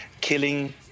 killing